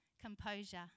Composure